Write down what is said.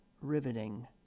riveting